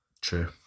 True